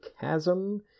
Chasm